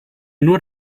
nur